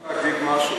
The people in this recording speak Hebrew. רק להגיד משהו.